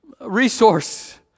resource